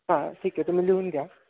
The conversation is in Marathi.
हां ठीक आहे तुम्ही लिहून घ्या